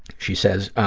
she says,